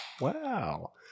Wow